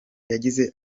yagize